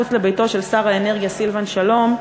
מחוץ לביתו של שר האנרגיה סילבן שלום.